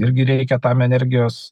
irgi reikia tam energijos